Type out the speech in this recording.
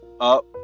up